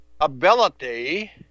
ability